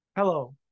Hello